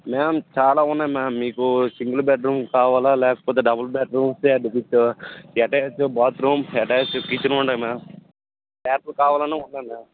ma'am చాలా ఉన్నాయి ma'am మీకు సింగిల్ బెడ్రూమ్ కావాలా లేకపోతే double bedroom attached with attach bathroom attach kitchen ఉన్నాయి మ్యామ్ ప్లాట్స్ కావాలన్నా ఉన్నాయి మ్యామ్